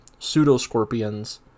Pseudoscorpions